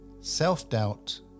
self-doubt